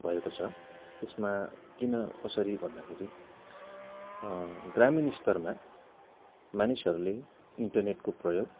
भएको छ यसमा किन कसरी भन्दाखेरि ग्रामिणस्तरमा मानिसहरूले इन्टरनेटको प्रयोग